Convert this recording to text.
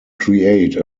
create